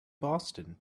boston